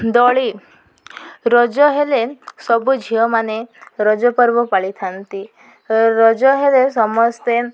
ଦୋଳି ରଜ ହେଲେ ସବୁ ଝିଅମାନେ ରଜ ପର୍ବ ପାଳିଥାନ୍ତି ରଜ ହେଲେ ସମସ୍ତେ